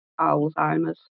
Alzheimer's